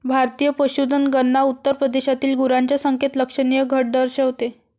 भारतीय पशुधन गणना उत्तर प्रदेशातील गुरांच्या संख्येत लक्षणीय घट दर्शवते